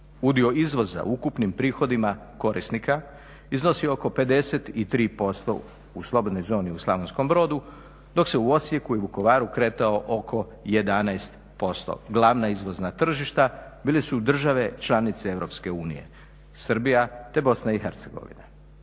Udio izvoza u ukupnim prihodima korisnika iznosi oko 53% u slobodnoj zoni u Slavonskom Brodu, dok se u Osijeku i Vukovaru kretao oko 11%. Glavna izvozna tržišta bile su države članice Europske unije, Srbija